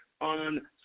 on